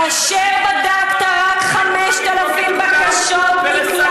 כאשר בדקת רק 5,000 בקשות מקלט,